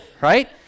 right